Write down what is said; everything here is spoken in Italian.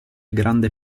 grande